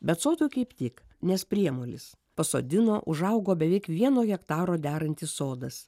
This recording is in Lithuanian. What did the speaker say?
bet sodui kaip tik nes priemolis pasodino užaugo beveik vieno hektaro derantis sodas